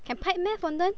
can pipe meh fondant